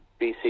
bc